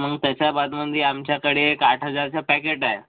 मग त्याच्या बाजूनी आमच्याकडे एक आठ हजारचं पॅकेट आहे